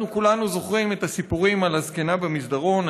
כולנו זוכרים את הסיפורים על הזקנה במסדרון.